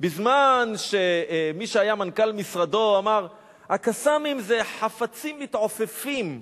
בזמן שמי שהיה מנכ"ל משרדו אמר: ה"קסאמים" זה חפצים מתעופפים.